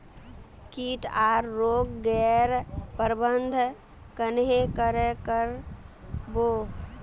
किट आर रोग गैर प्रबंधन कन्हे करे कर बो?